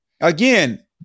Again